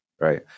right